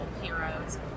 heroes